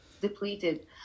depleted